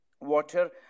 water